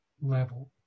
level